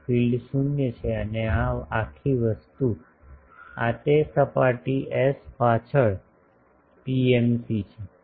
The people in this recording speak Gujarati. તો ફીલ્ડ શૂન્ય છે અને આ આખી વસ્તુ આ તે સપાટી એસ પાછળ પીએમસી છે